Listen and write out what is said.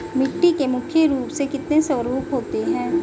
मिट्टी के मुख्य रूप से कितने स्वरूप होते हैं?